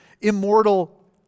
immortal